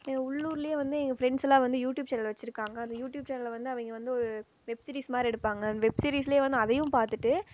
என் உள்ளூரிலே வந்து எங்கள் ஃப்ரெண்ட்ஸெல்லாம் வந்து யூட்யூப் சேனல் வைச்சிருக்காங்க அந்த யூட்யூப் சேனலை வந்து அவங்க வந்து ஒரு வெப் சீரிஸ் மாதிரி எடுப்பாங்க வெப் சீரிஸ்ஸிலே வந்து அதையும் பார்த்துட்டு